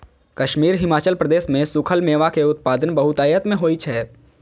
कश्मीर, हिमाचल प्रदेश मे सूखल मेवा के उत्पादन बहुतायत मे होइ छै